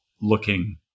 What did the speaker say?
looking